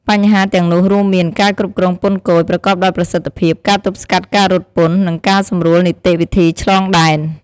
បញ្ហាទាំងនោះរួមមាន ការគ្រប់គ្រងពន្ធគយ ប្រកបដោយប្រសិទ្ធភាព ការទប់ស្កាត់ការរត់ពន្ធ និងការសម្រួលនីតិវិធីឆ្លងដែន។